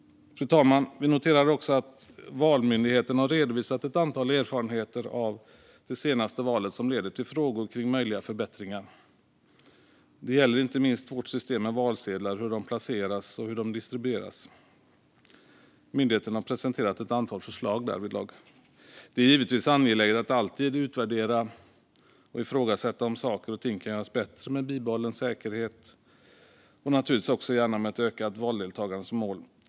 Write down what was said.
Fru talman! Vi noterar också att Valmyndigheten har redovisat ett antal erfarenheter av det senaste valet som leder till frågor om möjliga förbättringar. Det gäller inte minst vårt system med valsedlar och hur de placeras och distribueras. Myndigheten har presenterat ett antal förslag därvidlag. Det är givetvis angeläget att alltid utvärdera och ifrågasätta om saker och ting kan göras bättre, med bibehållen säkerhet och naturligtvis också gärna med ett ökat valdeltagande som mål.